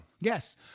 Yes